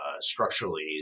structurally